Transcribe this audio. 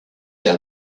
how